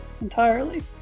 entirely